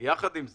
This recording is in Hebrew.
יחד עם זה,